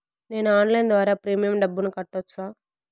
నేను ఆన్లైన్ ద్వారా ప్రీమియం డబ్బును కట్టొచ్చా?